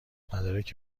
مدارک